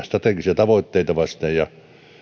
strategisia tavoitteita vasten ja